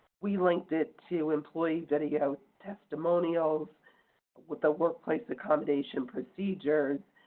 we linked it to employee video testimonials with the workplace accommodation procedures.